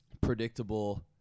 predictable